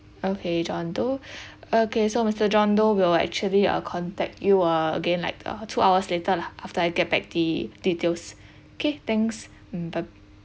okay john doe okay so mister john doe we'll actually uh contact you uh again like uh two hours later lah after I get back the details okay thanks mm